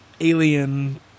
alien